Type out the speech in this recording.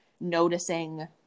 noticing